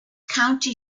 county